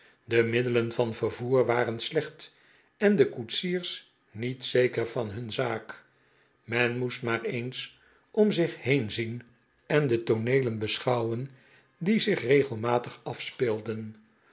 de middelen van vervoer waren slecht en de koetsiers niet zeker van hun zaak men moest maar eens om zich heen zien en de tooneelen beschouwen die zich regelmatig afspeelden